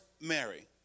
Mary